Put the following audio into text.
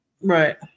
right